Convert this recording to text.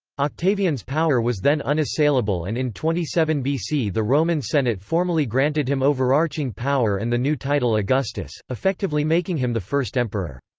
octavian's power was then unassailable and in twenty seven bc the roman senate formally granted him overarching power and the new title augustus, effectively making him the first emperor.